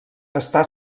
està